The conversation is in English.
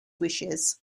wishes